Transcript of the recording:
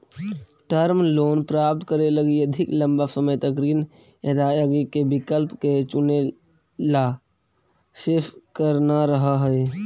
term loan प्राप्त करे लगी अधिक लंबा समय तक ऋण अदायगी के विकल्प के चुनेला शेष कर न रहऽ हई